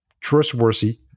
trustworthy